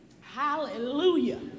Hallelujah